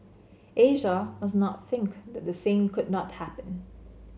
Asia must not think that the same could not happen